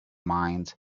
mind